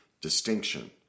distinction